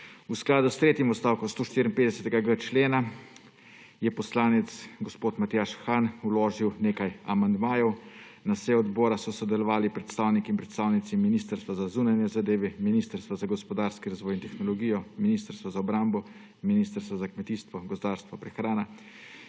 V skladu s tretjim odstavkom 154.g člena je poslanec gospod Matjaž Han vložil nekaj amandmajev. Na seji odbora so sodelovali predstavniki in predstavnice Ministrstva za zunanje zadeve, Ministrstva za gospodarski razvoj in tehnologijo, Ministrstva za obrambo, Ministrstva za kmetijstvo, gozdarstvo in prehrano,